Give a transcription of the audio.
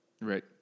right